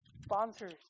sponsors